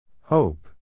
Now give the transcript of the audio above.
Hope